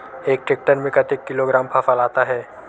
एक टेक्टर में कतेक किलोग्राम फसल आता है?